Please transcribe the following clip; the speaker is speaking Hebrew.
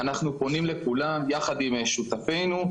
אנחנו פונים לכולם יחד עם שותפינו,